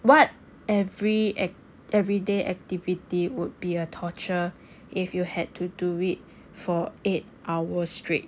what every act~ everyday activity would be a torture if you had to do it for eight hours straight